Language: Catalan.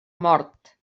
mort